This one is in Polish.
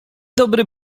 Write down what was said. dobry